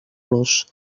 los